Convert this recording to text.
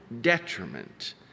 detriment